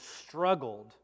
struggled